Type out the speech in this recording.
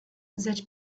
that